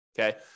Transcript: Okay